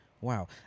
Wow